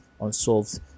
unsolved